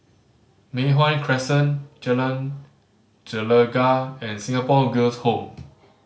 Mei Hwan Crescent Jalan Gelegar and Singapore Girls' Home